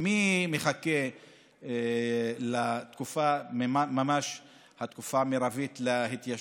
כי מי מחכה לתקופה המרבית להתיישנות?